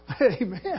Amen